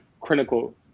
critical